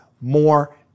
more